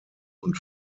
und